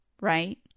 right